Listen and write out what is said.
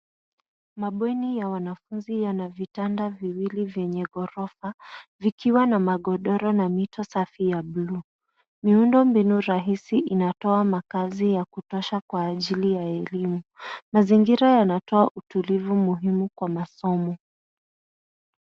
Mabweni ya wanafuzi yana vitanda viwili vyenye gorofa vikiwa na magodoro na mito safi ya blue . Miundombinu rahisi inatoa makazi ya kutosha kwa ajili ya elimu, mazingira yanatoa utulivu muhimi kwa masomo.